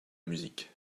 musique